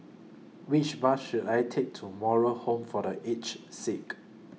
Which Bus should I Take to Moral Home For The Aged Sick